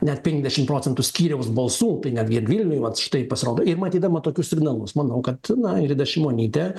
net penkdešim procentų skyriaus balsų tai netgi ir vilniuj vat štai pasirodo ir matydama tokius signalus manau kad na ingrida šimonytė